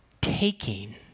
taking